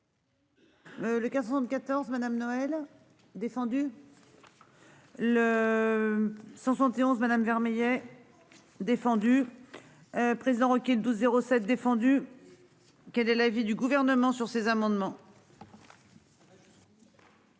Le 94, madame Noël défendu. Le. 171 madame Vermeillet. Défendu. Président OK 12 07 défendu. Quel est l'avis du gouvernement sur ces amendements.--